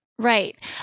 Right